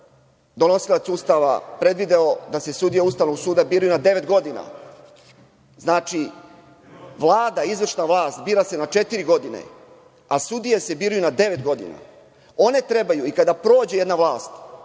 donosilac Ustava predvideo da se sudije Ustavnog suda biraju na devet godina. Znači, Vlada, izvršna vlast, bira se na četiri godine, a sudije se biraju na devet godina. One treba i kada prođe jedna vlast